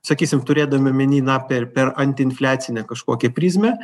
sakysim turėdami omeny na per per antiinfliacinę kažkokią prizmę